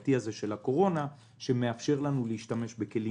הבעייתי הזה של הקורונה שמאפשר לנו להשתמש בכלים